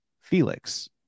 Felix